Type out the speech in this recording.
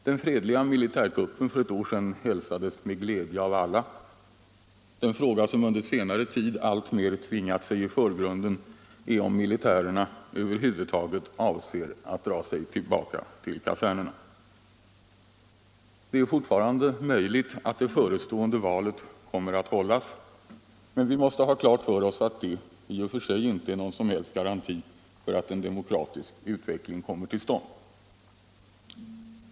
Den fredliga militärkuppen för ett år sedan hälsades med glädje av alla. Den fråga som under senare tid alltmer tvingat sig i förgrunden är om militärerna över huvud taget avser att dra sig tillbaka till kasernerna. Det är fortfarande möjligt att det förestående valet kommer att hållas, men vi måste ha klart för oss att det i och för sig inte är någon som helst garanti för att en demokratisk utveckling kommer till stånd.